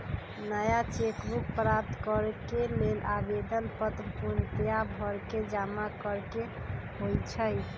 नया cheque book प्राप्त करेके लेल आवेदन पत्र पूर्णतया भरके जमा करेके होइ छइ